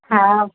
हा